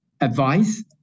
advice